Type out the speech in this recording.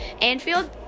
anfield